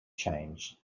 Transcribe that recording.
change